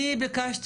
אלקס.